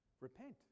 Repent